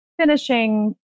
finishing